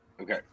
okay